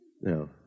No